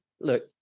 look